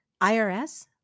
IRS